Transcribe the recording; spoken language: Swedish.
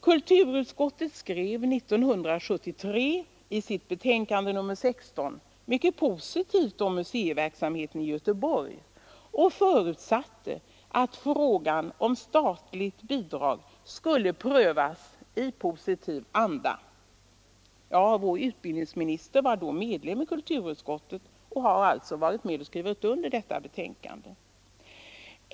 Kultur Nr 88 utskottet skrev 1973 i sitt betänkande nr 16 mycket positivt om Onsdagen den museiverksamheten i Göteborg och förutsatte att frågan om statligt 22 maj 1974 bidrag skulle prövas i positiv anda. Vår utbildningsminister var då medlem i kulturutskottet och har alltså skrivit under detta betänkande.